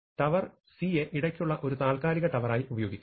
tower C യെ ഇടക്കുള്ള ഒരു താത്ക്കാലിക ടവറായി ഉപയോഗിക്കാം